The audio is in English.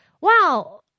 wow